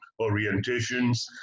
orientations